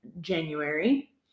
January